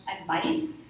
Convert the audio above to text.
advice